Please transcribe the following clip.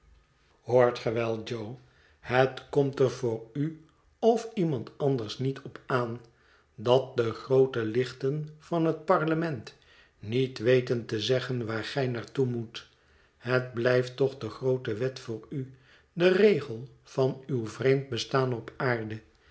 hoort ge wel jo het komt er voor u of iemand anders niet op aan dat de groote lichten van het parlement niet weten te zeggen waar gij naar toe moet het blijft toch de groote wet voor u de regel van uw vreemd bestaan op aai'de